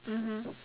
mmhmm